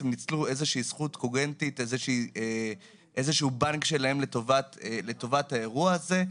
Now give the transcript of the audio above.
הם ניצלו איזה שהוא בנק שלהם לטובת האירוע הזה.